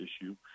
issue